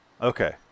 Okay